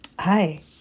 Hi